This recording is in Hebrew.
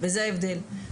וזה ההבדל.